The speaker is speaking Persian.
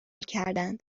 کردند